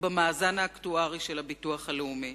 במאזן האקטוארי של הביטוח הלאומי.